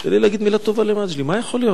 להגיד מלה טובה למגלי, מה יכול להיות?